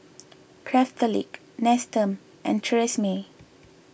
Craftholic Nestum and Tresemme